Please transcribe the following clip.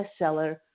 bestseller